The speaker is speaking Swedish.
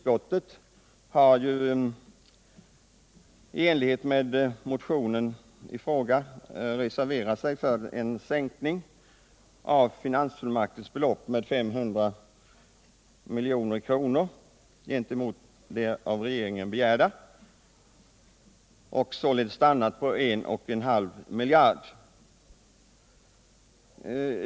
för minskning av finansfullmaktens belopp med 500 milj.kr. gentemot det av regeringen begärda och således stannat på 1,5 miljarder.